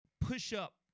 push-up